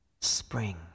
Spring